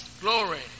glory